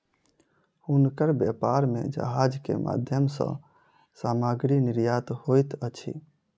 हुनकर व्यापार में जहाज के माध्यम सॅ सामग्री निर्यात होइत अछि